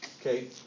Okay